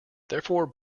therefore